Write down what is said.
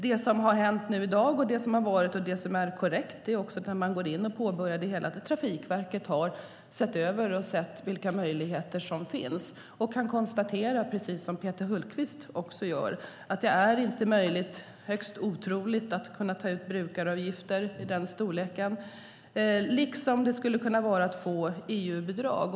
Det som är korrekt är att Trafikverket, när man påbörjade det hela, såg över vilka möjligheter som fanns och då kunde konstatera, precis som Peter Hultqvist, att det är omöjligt eller högst otroligt att man kan ta ut brukaravgifter i den storlek som det handlar om, liksom att få EU-bidrag.